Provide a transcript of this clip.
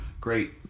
great